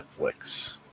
Netflix